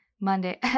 Monday